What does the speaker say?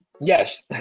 Yes